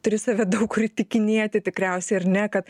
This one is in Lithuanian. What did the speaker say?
turi save daug kur įtikinėti tikriausiai ar ne kad